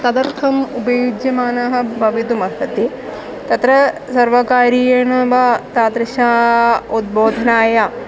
तदर्थम् उपयुज्यमानाः भवितुमर्हन्ति तत्र सर्वकारीयेण वा तादृश उद्बोधनाय